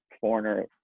foreigner